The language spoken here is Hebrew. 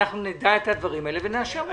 אנחנו נדע את הדברים האלה ונאשר אותם.